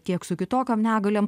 tiek su kitokiom negaliom